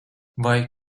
vai